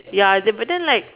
ya but then like